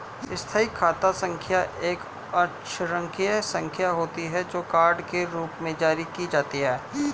स्थायी खाता संख्या एक अक्षरांकीय संख्या होती है, जो कार्ड के रूप में जारी की जाती है